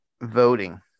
Voting